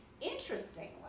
interestingly